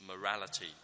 morality